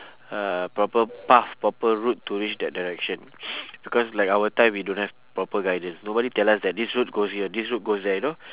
uh proper path proper route to reach that direction because like our time we don't have proper guidance nobody tell us that this route goes here this route goes there you know